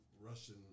Russian